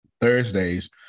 Thursdays